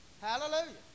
Hallelujah